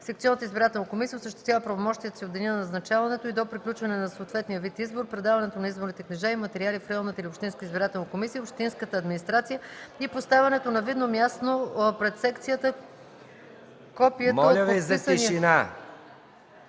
Секционната избирателна комисия осъществява правомощията си от деня на назначаването й до приключване на съответния вид избор, предаването на изборните книжа и материали в районната или общинската избирателна комисия и общинската администрация и поставянето на видно място пред секцията на копието от подписания протокол